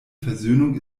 versöhnung